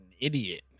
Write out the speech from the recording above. idiot